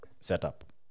setup